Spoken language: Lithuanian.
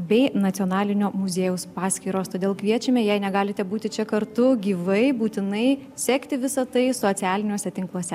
bei nacionalinio muziejaus paskyros todėl kviečiame jei negalite būti čia kartu gyvai būtinai sekti visą tai socialiniuose tinkluose